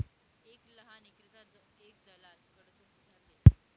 एक लहान ईक्रेता एक दलाल कडथून उधार लेस